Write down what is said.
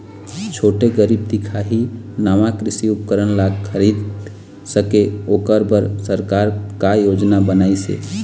छोटे गरीब दिखाही हा नावा कृषि उपकरण ला खरीद सके ओकर बर सरकार का योजना बनाइसे?